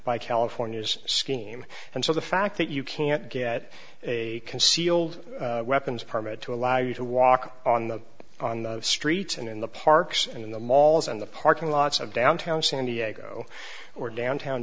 by california's scheme and so the fact that you can't get a concealed weapons permit to allow you to walk on the on the streets and in the parks and in the malls and the parking lots of downtown san diego or downtown